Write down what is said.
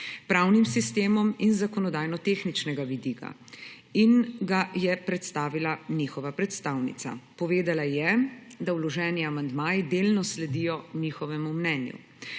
pravnim sistemom iz z zakonodajno-tehničnega vidika, in ga je predstavila njihova predstavnica. Povedala je, da vloženi amandmaji delno sledijo njihovemu mnenju,